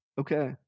Okay